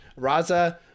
Raza